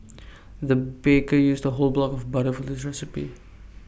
the baker used A whole block of butter for this recipe